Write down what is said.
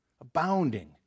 abounding